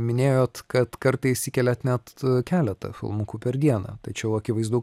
minėjot kad kartais įkeliat net keletą filmukų per dieną tačiau akivaizdu